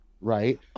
right